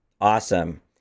Awesome